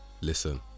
Listen